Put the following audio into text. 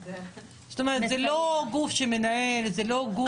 זה לא גוף שמנהל, זה לא גוף שמתקצב.